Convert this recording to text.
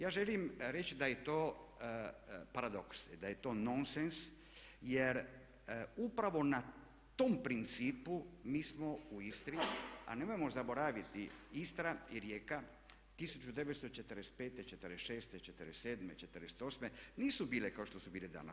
Ja želim reći da je to paradoks i da je to nonsens, jer upravo na tom principu mi smo u Istri a nemojmo zaboraviti Istra i rijeka 1945., '46., '47., '48. nisu bile kao što su bile danas.